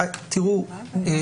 כן.